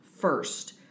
first